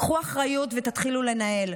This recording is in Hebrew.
קחו אחריות ותתחילו לנהל.